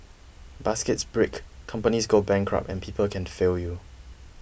baskets break companies go bankrupt and people can fail you